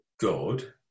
God